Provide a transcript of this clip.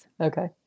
Okay